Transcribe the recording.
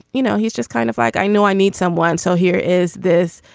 you know, he's just kind of like, i know i meet someone. so here is this.